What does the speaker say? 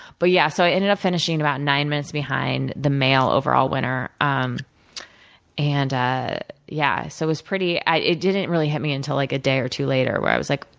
but, yeah. so, i ended up finishing about nine minutes behind the male, overall winner. um and ah yeah. so, it was pretty it didn't really hit me until like a day or two later, where i was like,